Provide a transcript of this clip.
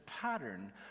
pattern